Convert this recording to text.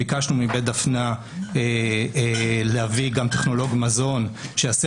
ביקשנו מבית דפנה להביא גם טכנולוג מזון שיעשה